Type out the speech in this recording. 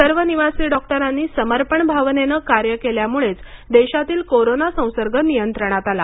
सर्व निवासी डॉक्टरांनी समर्पण भावनेनं कार्य केल्यामुळेच देशातील कोरोना संसर्ग नियंत्रणात आला